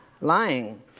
lying